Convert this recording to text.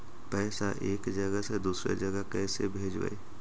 पैसा एक जगह से दुसरे जगह कैसे भेजवय?